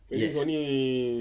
yes